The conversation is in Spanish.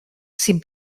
sin